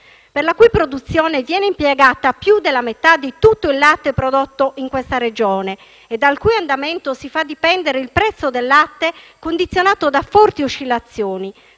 per la cui produzione viene impiegata più della metà di tutto il latte prodotto in questa Regione e dal cui andamento se ne fa dipendere il prezzo, che dunque è condizionato da forti oscillazioni,